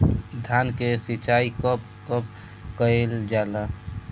धान के सिचाई कब कब कएल जाला?